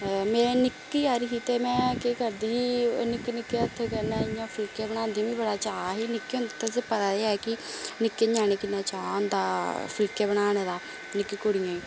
में निक्की सारी ही ते में केह् करदी ही निक्के निक्के हत्थ कन्नै इयां फुल्के बनांदी ही बड़ा चा ही निक्के होंदे तुसेंगी पता ते हे कि निक्के नयाने गी किन्ना चा होंदा फुलके बनाने दा निक्की कुड़ियै